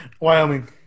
Wyoming